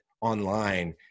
online